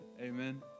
Amen